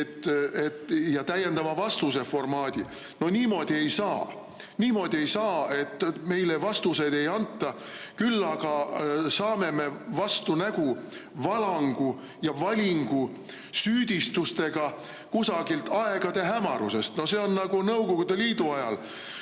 ja täiendava vastuse formaadi? Niimoodi ei saa! Niimoodi ei saa, et meile vastuseid ei anta, küll aga saame me vastu nägu valangu ja valingu süüdistustega kusagilt aegade hämarusest. No see on nii, nagu Nõukogude Liidu ajal